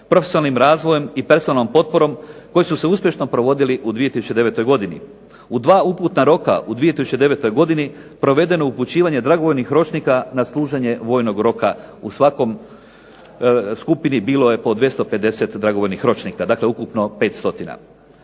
profesionalnim razvojem i personalnom potporom koje su se uspješno provodili u 2009. godini. U dva uputna roka u 2009. godini provedeno je upućivanje dragovoljnih ročnika na služenje vojnog roka. U svakoj skupini bilo je po 250 dragovoljnih ročnika, dakle ukupno 500.